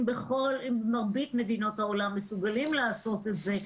אם במרבית מדינות העולם מסוגלים לעשות את זה,